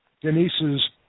Denise's